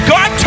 God